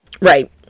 Right